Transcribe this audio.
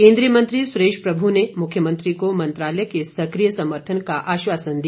केंद्रीय मंत्री सुरेश प्रभू ने मुख्यमंत्री को मंत्रालय के सक्रिय समर्थन का आश्वासन दिया